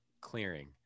clearing